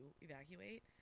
evacuate